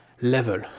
level